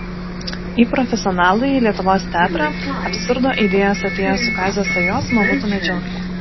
į profesionalųjį lietuvos teatrą absurdo idėjos atėjo su kazio sajos mamutų medžiokle